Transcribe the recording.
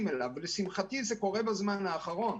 לשמחתי זה קורה בזמן האחרון.